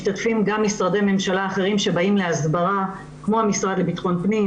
משתתפים גם משרדי ממשלה אחרים שבאים להסברה כמו המשרד לביטחון פנים,